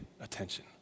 attention